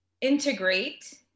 integrate